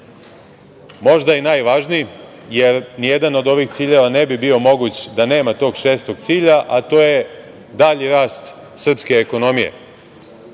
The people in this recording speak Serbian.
možda i najvažniji, jer nijedan od ovih ciljeva ne bi bio moguć da nema tog šestog cilja, a to je dalji rast srpske ekonomije. Predsednik